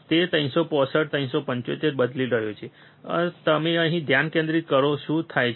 તે 365 375 બદલી રહ્યો છે તમે અહીં ધ્યાન કેન્દ્રિત કરો શું થાય છે